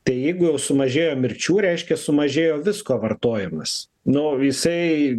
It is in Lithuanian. tai jeigu jau sumažėjo mirčių reiškia sumažėjo visko vartojimas nu jisai